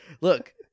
Look